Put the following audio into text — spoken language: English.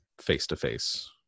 face-to-face